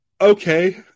okay